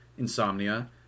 Insomnia